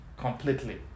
completely